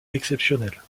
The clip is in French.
exceptionnelle